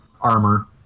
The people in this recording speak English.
armor